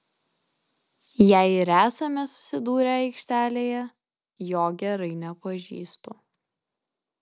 jei ir esame susidūrę aikštelėje jo gerai nepažįstu